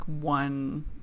one